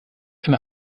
eine